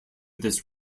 this